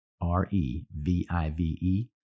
R-E-V-I-V-E